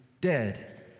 dead